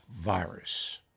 virus